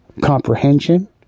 Comprehension